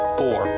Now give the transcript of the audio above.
four